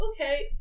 okay